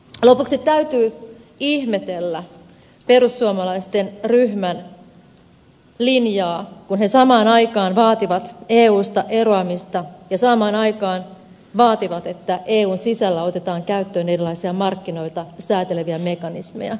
lopuksi täytyy ihmetellä perussuomalaisten ryhmän linjaa kun he samaan aikaan vaativat eusta eroamista ja sitä että eun sisällä otetaan käyttöön erilaisia markkinoita sääteleviä mekanismeja